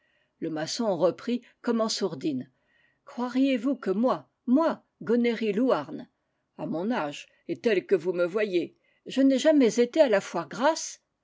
le maçon reprit comme en sourdine croiriez-vous que moi moi gonéry louarn à mon âge et tel que vous me voyez je n'ai jamais été à la foire grasse